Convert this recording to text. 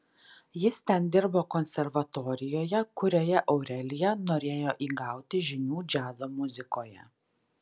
jis ten dirbo konservatorijoje kurioje aurelija norėjo įgauti žinių džiazo muzikoje